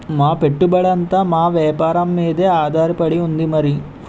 మా పెట్టుబడంతా మా వేపారం మీదే ఆధారపడి ఉంది మరి